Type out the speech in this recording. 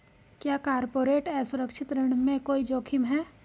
क्या कॉर्पोरेट असुरक्षित ऋण में कोई जोखिम है?